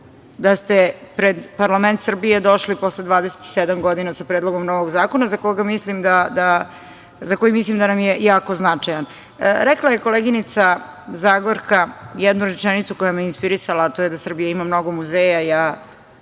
da ste pred parlament Srbije došli posle 27 godina sa predlogom novog zakona, za koji mislim da nam je jako značajan. Rekla je koleginica Zagorka jednu rečenicu koja me je inspirisala, a to je da Srbija ima mnogo muzeja. Ja